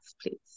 please